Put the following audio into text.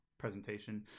presentation